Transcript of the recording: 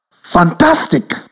Fantastic